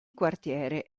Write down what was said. quartiere